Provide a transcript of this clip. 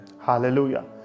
hallelujah